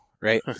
right